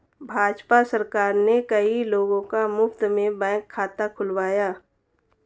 भाजपा सरकार ने कई लोगों का मुफ्त में बैंक खाता खुलवाया